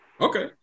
Okay